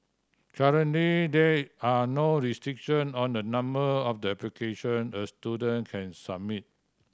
currently there are no restriction on the number of the application a student can submit